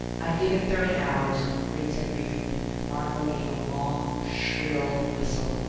i give it thirty hours, ringg said briefly, and vorongil gave a long shrill whistle.